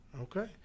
Okay